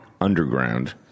Underground